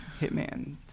Hitman